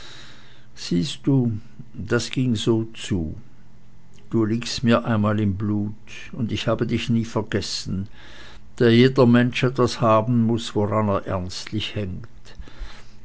person sieh das ging so zu du liegst mir einmal im blut und ich habe dich nie vergessen da jeder mensch etwas haben muß woran er ernstlich hängt